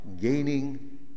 gaining